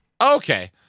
Okay